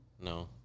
No